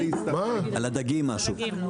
משהו על הדגים.